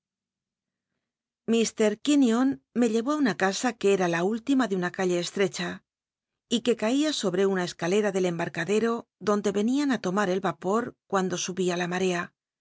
t quinion me llcyó á una casa que era la última de una calle estrecha y qu e caia sobte una escalera del embarcadmo donde enian tomar el vapor cuando subia la marca